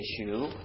issue